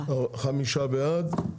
חמישה בעד.